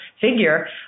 figure